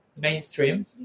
mainstream